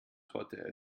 torte